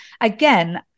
again